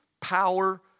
power